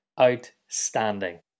Outstanding